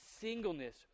singleness